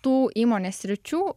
tų įmonės sričių